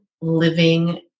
living